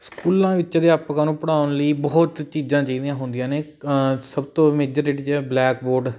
ਸਕੂਲਾਂ ਵਿੱਚ ਅਧਿਆਪਕਾਂ ਨੂੰ ਪੜ੍ਹਾਉਣ ਲਈ ਬਹੁਤ ਚੀਜ਼ਾਂ ਚਾਹੀਦੀਆਂ ਹੁੰਦੀਆਂ ਨੇ ਸਭ ਤੋਂ ਮੇਜਰ ਜਿਹੜੀ ਚੀਜ਼ ਬਲੈਕਬੋਰਡ